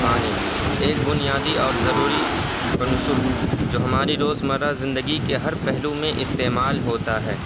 پانی ایک بنیادی اور ضروری عنصر ہے جو ہماری روزمرہ زندگی کے ہر پہلو میں استعمال ہوتا ہے